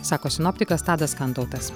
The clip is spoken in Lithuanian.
sako sinoptikas tadas kantautas